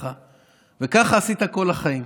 וככה עשית כל החיים.